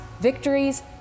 victories